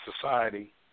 society